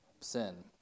sin